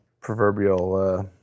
proverbial